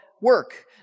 work